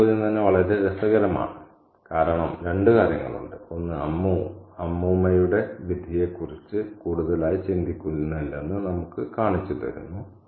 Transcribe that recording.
ആ ചോദ്യം തന്നെ വളരെ രസകരമാണ് കാരണം രണ്ട് കാര്യങ്ങളുണ്ട് ഒന്ന് അമ്മൂ അമ്മൂമ്മയുടെ വിധിയെക്കുറിച്ച് കൂടുതലായി ചിന്തിക്കുന്നില്ലെന്ന് നമുക്ക് കാണിച്ചുതരുന്നു